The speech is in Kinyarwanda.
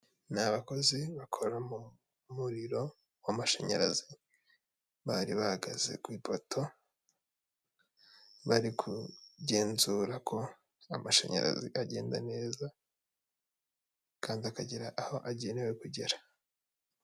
Ni abakozi bakora mu muriro w'amashanyarazi, bari bahagaze ku ipoto, bari kugenzura ko amashanyarazi agenda neza kandi akagera aho agenewe kugera.